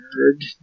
nerd